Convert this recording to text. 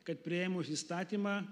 kad priėmus įstatymą